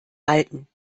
halten